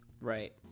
Right